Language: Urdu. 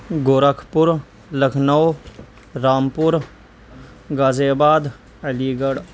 گورکھپور لکھنؤ رامپور غازی آباد علی گڑھ